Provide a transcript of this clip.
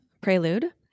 prelude